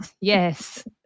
Yes